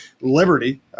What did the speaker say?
Liberty